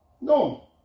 No